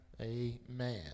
Amen